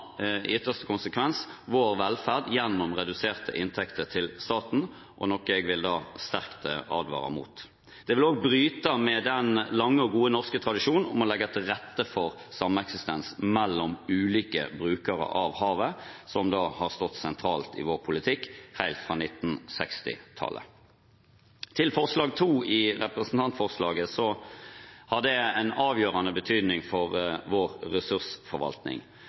vår velferd gjennom reduserte inntekter til staten og er noe jeg sterkt vil advare mot. Det vil også bryte med den lange og gode norske tradisjonen om å legge til rette for sameksistens mellom ulike brukere av havet, som har stått sentralt i vår politikk helt fra 1960-tallet. Til forslag nr. 2 i representantforslaget: Det har en avgjørende betydning for vår ressursforvaltning.